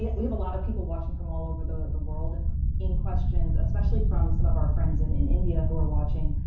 we have a lot of people watching from all over the the world and we're seeing questions, especially from some of our friends in in india who are watching,